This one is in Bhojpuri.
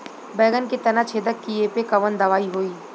बैगन के तना छेदक कियेपे कवन दवाई होई?